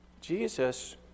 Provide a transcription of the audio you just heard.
Jesus